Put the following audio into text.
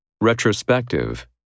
Retrospective